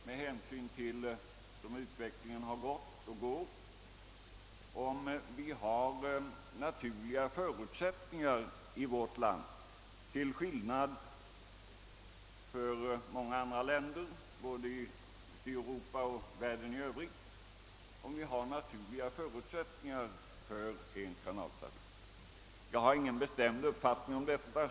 Med hänsyn till den utveckling som har ägt rum kan ifrågasättas om Sverige, till skillnad från andra länder, både i Europa och världen i övrigt, har naturliga förutsättningar för en kanaltrafik. Jag hyser ingen bestämd uppfattning härom.